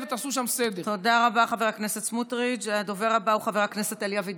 חבר הכנסת סמוטריץ', תאפשר גם לחברים אחרים לדבר.